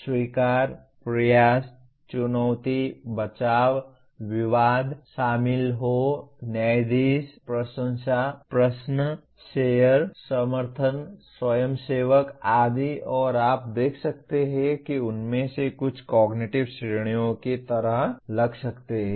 स्वीकार प्रयास चुनौती बचाव विवाद शामिल हों न्यायाधीश प्रशंसा प्रश्न शेयर समर्थन स्वयंसेवक आदि और आप देख सकते हैं कि उनमें से कुछ कॉग्निटिव श्रेणियों की तरह लग सकते हैं